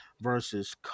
versus